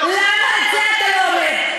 למה את זה אתה לא אומר?